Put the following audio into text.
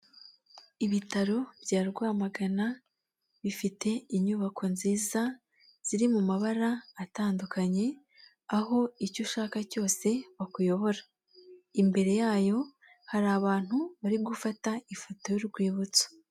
Ibitaro bya Rwamagana bifite inyubako nziza ziri mu mabara atandukanye, aho icyo ushaka cyose bakuyobora, imbere yayo hari abantu bari gufata ifoto y'urwibutso.